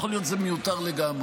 יכול להיות שזה מיותר לגמרי,